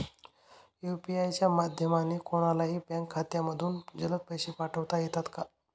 UPI च्या माध्यमाने कोणलाही बँक खात्यामधून जलद पैसे पाठवता येतात का?